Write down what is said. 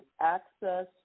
access